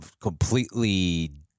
completely